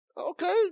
Okay